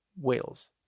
Wales